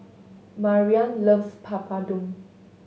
Marian loves Papadum